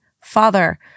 father